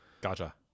gotcha